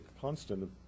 constant